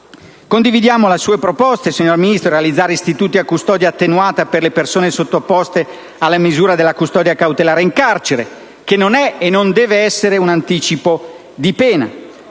Condividiamo la sua proposta, signor Ministro, di realizzare istituti a custodia attenuata per le persone sottoposte alla misura della custodia cautelare in carcere, che non è e non deve essere un anticipo di pena.